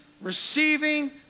receiving